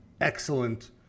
excellent